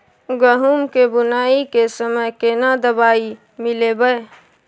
गहूम के बुनाई के समय केना दवाई मिलैबे?